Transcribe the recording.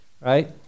right